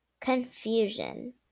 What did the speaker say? confusion